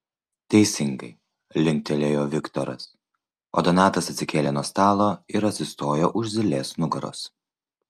teisingai linktelėjo viktoras o donatas atsikėlė nuo stalo ir atsistojo už zylės nugaros